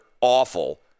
awful